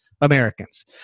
Americans